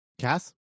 Cass